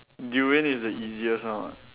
durian is the easiest one [what]